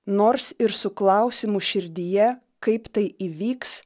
nors ir su klausimu širdyje kaip tai įvyks